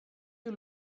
you